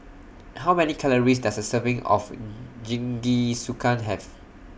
How Many Calories Does A Serving of Jingisukan Have